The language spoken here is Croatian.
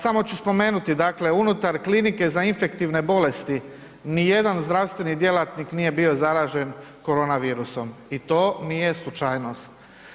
Samo ću spomenuti, dakle unutar klinike za infektivne bolesti nijedan zdravstveni djelatnik nije bio zaražen korona virusom i to nije slučajnost.